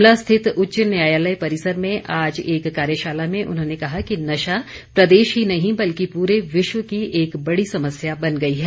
शिमला रिथित उच्च न्यायालय परिसर में आज एक कार्यशाला में उन्होंने कहा कि नशा प्रदेश ही नहीं बल्कि पूरे विश्व की एक बड़ी समस्या बन गई है